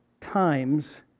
times